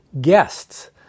guests